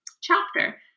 chapter